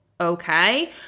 okay